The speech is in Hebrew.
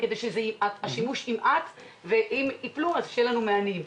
שהשימוש ימעט ואם יפלו יהיו לנו מענים.